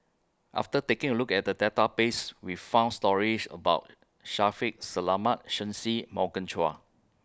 after taking A Look At The Database We found stories about Shaffiq Selamat Shen Xi Morgan Chua